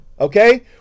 Okay